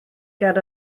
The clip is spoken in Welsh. ger